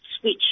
switch